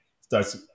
starts